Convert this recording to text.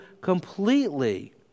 completely